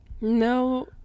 No